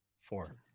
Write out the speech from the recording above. Four